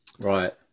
Right